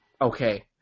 Okay